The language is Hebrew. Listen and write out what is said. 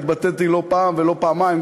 התבטאתי לא פעם ולא פעמיים,